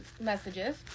messages